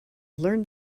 learn